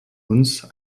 uns